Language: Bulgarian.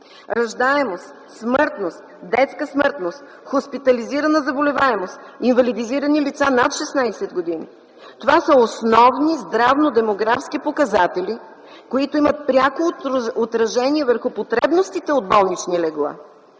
раждаемост, смъртност, детска смъртност, хоспитализирана заболеваемост, инвалидизирани лица над 16 години. Това са основни здравно-демографски показатели, които имат пряко отражение върху потребностите от болнични легла.